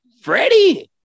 Freddie